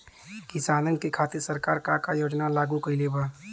किसानन के खातिर सरकार का का योजना लागू कईले बा?